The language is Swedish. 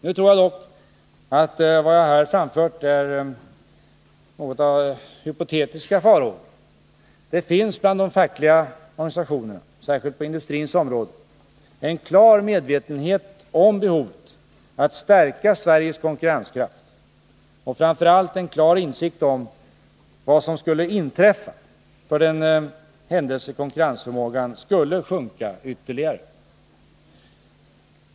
Nu tror jag dock att vad jag här framfört är något av hypotetiska farhågor. Det finns bland de fackliga organisationerna, särskilt på industrins område, en klar medvetenhet om behovet att stärka Sveriges konkurrenskraft och framför allt en klar insikt om vad som skulle inträffa för den händelse konkurrensförmågan skulle sjunka ytterligare.